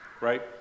right